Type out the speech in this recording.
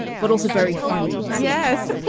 but also very funny. yes